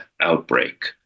outbreak